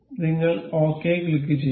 നിങ്ങൾ ശരി ക്ലിക്കുചെയ്യുക